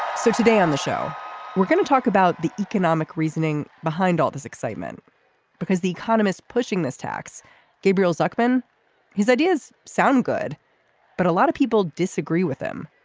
so today on the show we're going to talk about the economic reasoning behind all this excitement because the economists pushing this tax gabriel zuckerman his ideas sound good but a lot of people disagree with him.